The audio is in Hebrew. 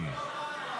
להעביר